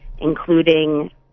including